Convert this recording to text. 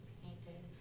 painted